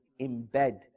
embed